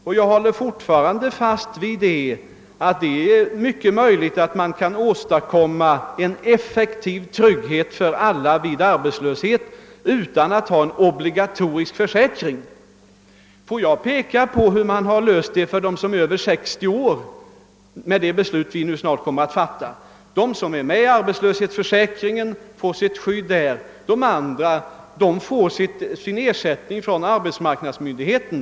Nej, jag håller alltjämt fast vid att det är möjligt att åstadkomma en effektiv trygghet för alla vid arbetslöshet utan att ha en obligatorisk försäkring. Jag vill här peka på hur den frågan har lösts — med det beslut vi snart kommer att fatta — för dem som är över 60 år. De som är med i arbetslöshetsförsäkringen får sitt skydd där; de andra får ersättning av arbetsmarknadsmyndigheten.